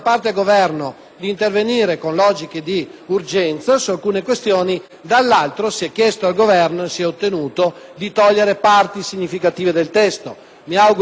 di intervenire con logiche di urgenza su alcune questioni, dall'altra si è chiesto al Governo (e si è ottenuto) di eliminare parti significative del testo.